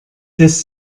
lässt